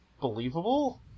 Believable